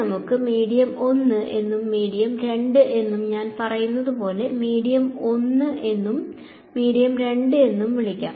നമുക്ക് ഇതിനെ മീഡിയം 1 എന്നും മീഡിയം 2 എന്നും ഞാൻ പറയുന്നതുപോലെ മീഡിയം 1 എന്നും മീഡിയം 2 എന്നും വിളിക്കാം